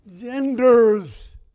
genders